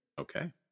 Okay